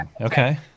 Okay